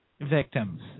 victims